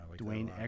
Dwayne